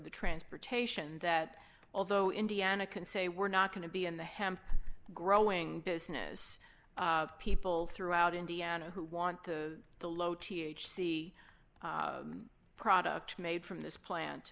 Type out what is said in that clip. the transportation that although indiana can say we're not going to be in the hemp growing business people throughout indiana who want to the low t h c product made from this plant